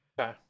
Okay